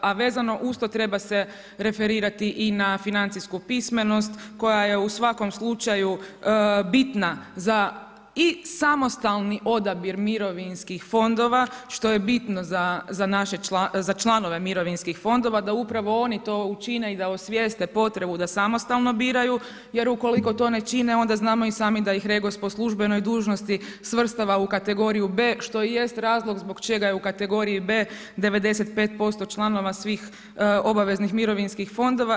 A vezano uz to treba se referirati i na financijsku pismenost koja je u svakom slučaju bitna za i samostalni odabir mirovinskih fondova što je bitno za članove mirovinskih fondova da upravo oni to učine i da osvijeste potrebu da samostalno biraju jer ukoliko to ne čine onda znamo i sami da ih REGOS po službenoj dužnosti svrstava u kategoriju B što i jest razlog zbog čega je u kategoriji B 95% članova svih obaveznih mirovinskih fondova.